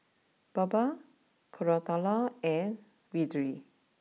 Baba Koratala and Vedre